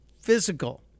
physical